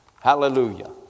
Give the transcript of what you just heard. Hallelujah